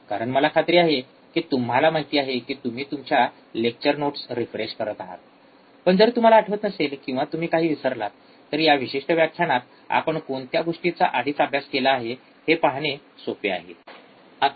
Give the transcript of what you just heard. कारण मला खात्री आहे की तुम्हाला माहिती आहे की तुम्ही तुमच्या लेक्चर नोट्स रिफ्रेश करत आहात पण जर तुम्हाला आठवत नसेल किंवा तुम्ही काही विसरलात तर या विशिष्ट व्याख्यानात आपण कोणत्या गोष्टींचा आधीच अभ्यास केला आहे हे पाहणे सोपे आहे